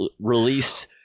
released